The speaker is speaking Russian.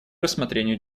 рассмотрению